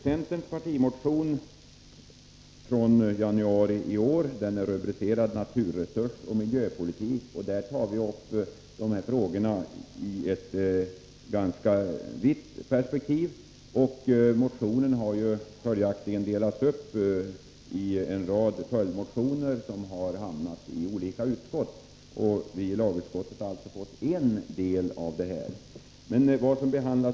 Centerns partimotion från januari i år är rubricerad Naturresursoch miljöpolitik. Där tas de här frågorna upp i ett ganska vitt perspektiv. Motionen har delats upp och behandlats i olika utskott. I lagutskottet har vi fått en viss del av motionen att behandla.